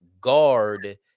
guard